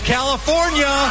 California